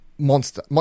Monster